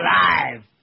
Alive